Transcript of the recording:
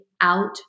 out